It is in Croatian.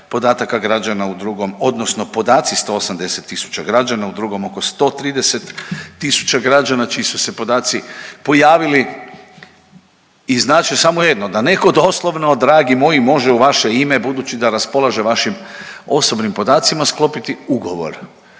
podataka građana u drugom odnosno podaci 180 tisuća građana u drugom oko 130 tisuća građana čiji su se podaci pojavili i znače samo jedno da neko doslovno dragi moje može u vaše ime, budući da raspolaže vašim osobnim podacima sklopiti ugovor.